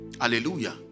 Hallelujah